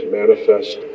manifest